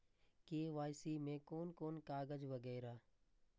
KYC में कोन कोन कागज वगैरा?